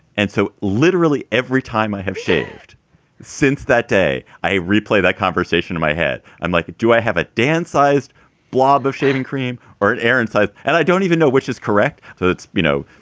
and so literally, every time i have shaved since that day, i replay that conversation in my head. i'm like, do i have a darn sized blob of shaving cream or an air inside? and i don't even know which is correct so it's, you know,